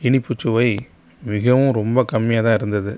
இனிப்புச்சுவை மிகவும் ரொம்ப கம்மியாக தான் இருந்தது